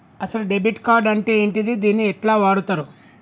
అసలు debit card అంటే ఏంటిది? దీన్ని ఎట్ల వాడుతరు?